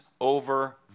over